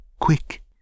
quick